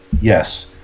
Yes